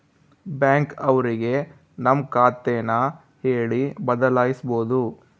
bank ಅವ್ರಿಗೆ ನಮ್ ಖಾತೆ ನ ಹೇಳಿ ಬದಲಾಯಿಸ್ಬೋದು